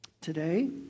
today